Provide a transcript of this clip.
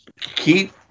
keep